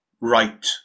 right